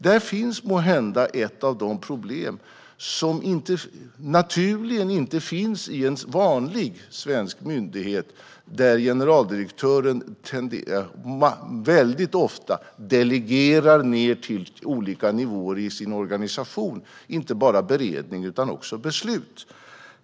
Där finns måhända ett av de problem som naturligen inte finns i en vanlig svensk myndighet, där generaldirektören tenderar att ofta delegera ned till olika nivåer i sin organisation. Det gäller då inte bara beredning utan också beslut.